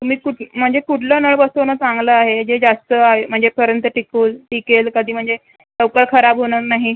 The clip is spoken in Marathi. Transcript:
तुम्ही कुठलं म्हणजे कुठलं नळ बसवणं चांगलं आहे जे जास्त आहे म्हणजे पर्यंत टिकून टिकेल कधी म्हणजे लवकर खराब होणार नाही